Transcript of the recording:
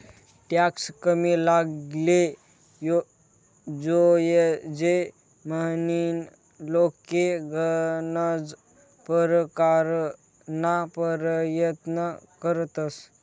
tax कमी लागाले जोयजे म्हनीन लोके गनज परकारना परयत्न करतंस